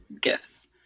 gifts